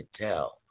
tell